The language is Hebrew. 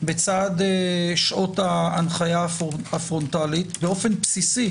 בצד שעות ההנחיה הפרונטלית באופן בסיסי